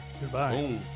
Goodbye